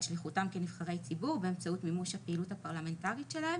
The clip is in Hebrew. שליחותם כנבחרי ציבור באמצעות מימוש הפעילות הפרלמנטרית שלהם